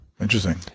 Interesting